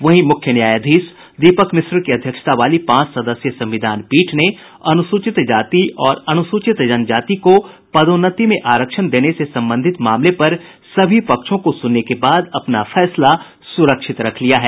वहीं मुख्य न्यायाधीश दीपक मिश्रा की अध्यक्षता वाली पांच सदस्यीय संविधान पीठ ने अनुसूचित जाति और अनुसूचित जनजाति को पदोन्नति में आरक्षण देने से संबंधित मामले पर सभी पक्षों को सुनने के बाद अपना फैसला सुरक्षित रख लिया है